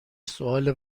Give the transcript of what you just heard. سوال